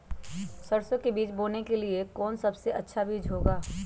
सरसो के बीज बोने के लिए कौन सबसे अच्छा बीज होगा?